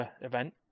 event